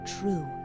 true